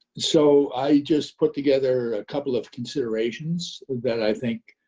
so i just put together a couple of considerations that i think